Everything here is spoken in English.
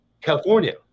California